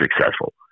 successful